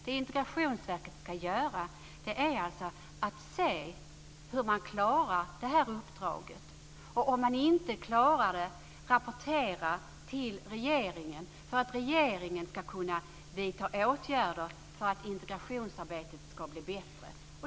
Det som Integrationsverket ska göra är att följa hur man klarar det här uppdraget och att, om de inte gör det, rapportera till regeringen så att den kan vidta åtgärder för att förbättra integrationsarbetet.